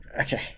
Okay